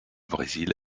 brésil